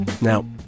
Now